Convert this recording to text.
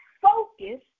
focus